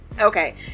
okay